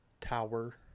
Tower